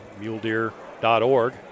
muledeer.org